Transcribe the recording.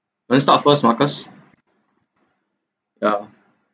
you want start first marcus yeah